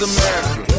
America